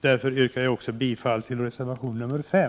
Därför yrkar jag bifall även till reservation 5.